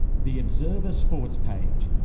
the observer sports page.